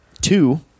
Two